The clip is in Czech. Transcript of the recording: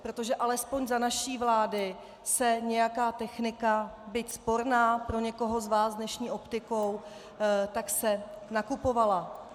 Protože alespoň za naší vlády se nějaká technika, byť sporná pro někoho z vás dnešní optikou, nakupovala.